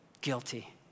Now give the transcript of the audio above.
guilty